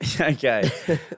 Okay